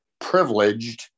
privileged